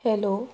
hello